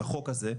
עם החוק הזה,